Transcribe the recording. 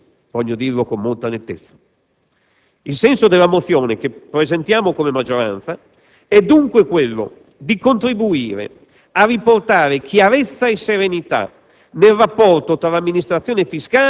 Non è stata certo un'iniziativa felice: voglio dirlo con molta nettezza. Il senso della mozione che presentiamo come maggioranza è dunque quello di contribuire a riportare chiarezza e serenità